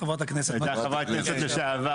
חברת הכנסת לשעבר.